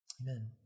Amen